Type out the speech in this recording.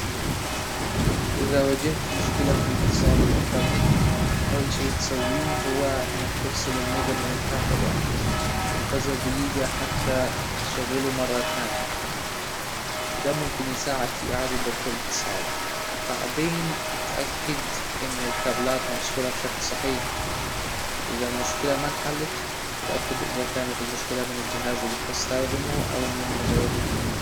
اذا واجهت مشكلة في الإتصال بالإنترنت اول شي تسويه هو إنك تفصل المودم من الكهربا وإنتظر دجيجة حتى تشغله مرة تانية وده ممكن يساعد في اعادة ضبط الاتصال بعدين إتأكد إن الكابلات موصولة بشكل صحيح اذا المشكلة ما انحلت تأكد اذا كانت المشكلة من الجهاز اللي بتستخدمه او من مزود الخدمة